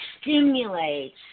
stimulates